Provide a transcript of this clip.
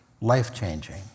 life-changing